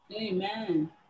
Amen